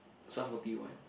Sum Forty One